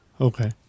okay